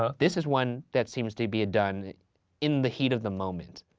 ah this is one that seems to be done in the heat of the moment.